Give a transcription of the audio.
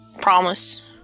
promise